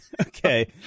Okay